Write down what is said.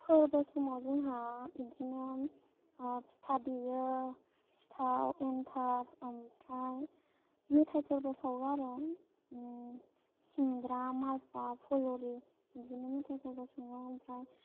फोरबो समाव जोंहा बिदिनो फिथा देयो सिथाव एन्थाब ओमफ्राय मेथाइफोरबो सावो आरो सिंग्रा माल पवा पुल'रि बिदिनो मेथाइफोरबो सङो ओमफ्राय